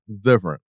different